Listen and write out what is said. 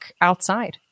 outside